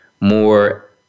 more